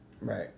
Right